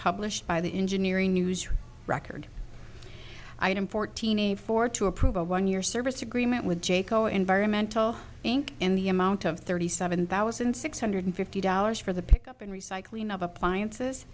published by the engineering news record i am fourteen a fourth to approve a one year service agreement with jayco environmental inc in the amount of thirty seven thousand six hundred fifty dollars for the pick up and recycling of appliances